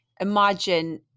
imagine